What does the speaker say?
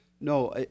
No